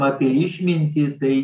apie išmintį tai